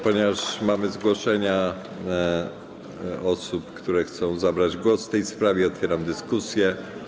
Ponieważ mamy zgłoszenia osób, które chcą zabrać głos w tej sprawie, otwieram dyskusję.